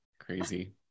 crazy